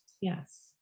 Yes